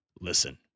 listen